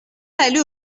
aller